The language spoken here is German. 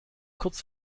kurz